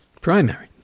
primary